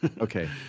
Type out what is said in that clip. Okay